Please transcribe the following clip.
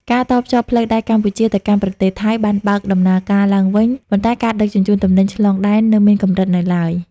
ការតភ្ជាប់ផ្លូវដែកកម្ពុជាទៅកាន់ប្រទេសថៃ បានបើកដំណើរការឡើងវិញ ប៉ុន្តែការដឹកជញ្ជូនទំនិញឆ្លងដែននៅមានកម្រិតនៅឡើយ។